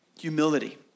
Humility